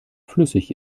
flüssig